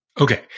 Okay